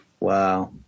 Wow